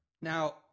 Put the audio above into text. Now